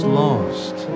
lost